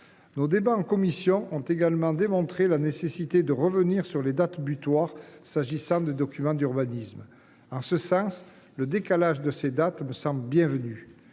Nos débats en commission ont également démontré la nécessité de revenir sur les dates butoirs s’agissant des documents d’urbanisme. En ce sens, le décalage de ces dates me semble bienvenu.